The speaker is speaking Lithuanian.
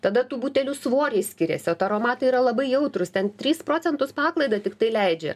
tada tų butelių svoriai skiriasi o taromatai yra labai jautrūs ten trys procentus paklaidą tiktai leidžia